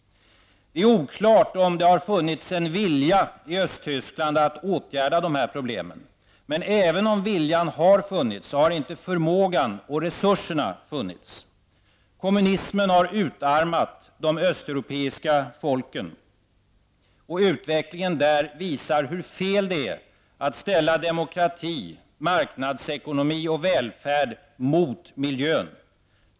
Det är oklart om det i Östtyskland har funnits en vilja att åtgärda dessa problem. Även om viljan har funnits, har inte förmågan och resurserna funnits. Kommunismen har utarmat de östeuropeiska folken, och utvecklingen där visar hur fel det är att ställa demokrati, marknadsekonomi och välfärd mot miljön.